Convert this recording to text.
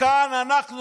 וכאן אנחנו